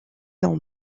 d’en